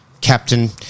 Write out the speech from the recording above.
captain